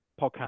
podcast